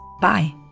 Bye